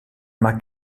mâts